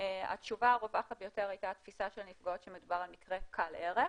התשובה הרווחת ביותר הייתה התפיסה של הנפגעות שמדובר על מקרה קל ערך,